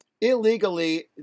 illegally